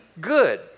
good